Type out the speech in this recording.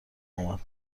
اومد